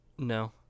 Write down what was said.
No